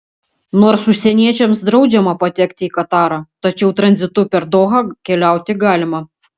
nors užsieniečiams draudžiama patekti į katarą tačiau tranzitu per dohą keliauti galima